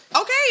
Okay